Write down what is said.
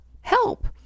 Help